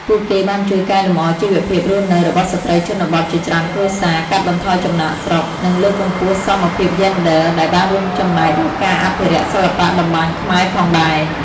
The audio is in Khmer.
ពួកគេបានជួយកែលម្អជីវភាពរស់នៅរបស់ស្ត្រីជនបទជាច្រើនគ្រួសារ កាត់បន្ថយចំណាកស្រុក និងលើកកម្ពស់សមភាពយេនឌ័រ ដែលបានរួមចំណែកដល់ការអភិរក្សសិល្បៈតម្បាញខ្មែរផងដែរ ។